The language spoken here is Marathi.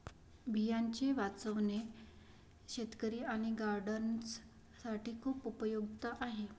बियांचे वाचवणे शेतकरी आणि गार्डनर्स साठी खूप उपयुक्त आहे